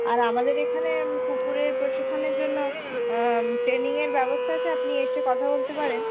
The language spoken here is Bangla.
আর আমাদের এখানে কুকুরের প্রশিক্ষণের জন্য ট্রেনিংয়ের ব্যবস্থা আছে আপনি এসে কথা বলতে পারেন